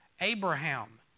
Abraham